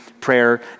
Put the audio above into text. prayer